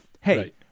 Hey